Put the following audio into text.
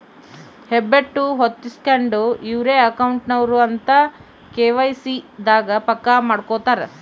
ಹೆಬ್ಬೆಟ್ಟು ಹೊತ್ತಿಸ್ಕೆಂಡು ಇವ್ರೆ ಅಕೌಂಟ್ ನವರು ಅಂತ ಕೆ.ವೈ.ಸಿ ದಾಗ ಪಕ್ಕ ಮಾಡ್ಕೊತರ